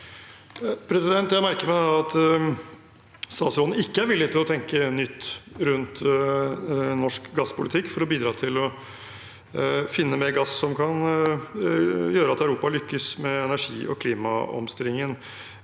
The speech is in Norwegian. Jeg merker meg at statsråden ikke er villig til å tenke nytt rundt norsk gasspolitikk for å bidra til å finne mer gass, som kan gjøre at Europa lykkes med energi- og klimaomstillingen.